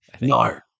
No